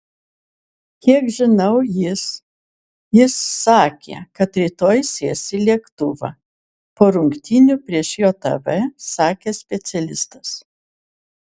kiek žinau jis jis sakė kad rytoj sės į lėktuvą po rungtynių prieš jav sakė specialistas